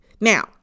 Now